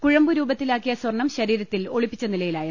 കുഴമ്പുരൂപത്തിലാക്കിയ സ്വർണം ശരീരത്തിൽ ഒളിപ്പിച്ച നിലയിലായിരുന്നു